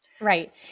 Right